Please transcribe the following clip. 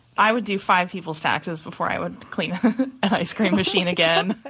i would do five people's taxes before i would clean an ice cream machine again.